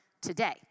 today